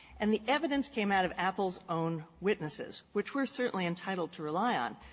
and the evidence came out of apple's own witnesses, which we're certainly entitled to rely on.